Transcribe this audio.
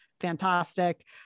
Fantastic